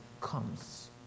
comes